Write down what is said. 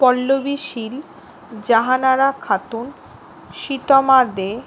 Pallavi Sheel Jahanara Khatun Sritama দে